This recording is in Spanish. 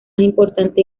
importante